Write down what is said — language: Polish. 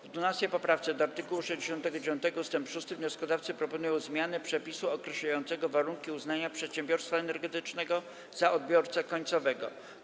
W 12. poprawce do art. 69 ust. 6 wnioskodawcy proponują zmianę przepisu określającego warunki uznania przedsiębiorstwa energetycznego za odbiorcę końcowego.